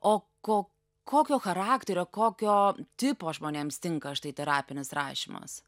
o ko kokio charakterio kokio tipo žmonėms tinka štai terapinis rašymas